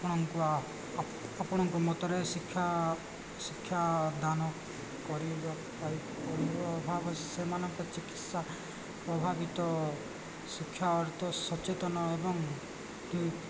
ଆପଣଙ୍କୁ ଆପଣଙ୍କ ମତରେ ଶିକ୍ଷା ଶିକ୍ଷାଦାନ କରିବା ଅଭାବ ସେମାନଙ୍କ ଚିକିତ୍ସା ପ୍ରଭାବିତ ଶିକ୍ଷା ଅର୍ଥ ସଚେତନ ଏବଂ ଠିକ୍